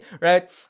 right